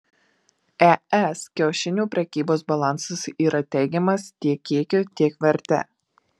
es kiaušinių prekybos balansas yra teigiamas tiek kiekiu tiek verte